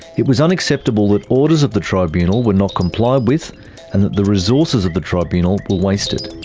it was unacceptable that orders of the tribunal were not complied with and that the resources of the tribunal were wasted.